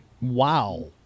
Wow